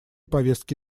повестки